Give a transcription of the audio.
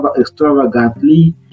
extravagantly